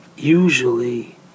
Usually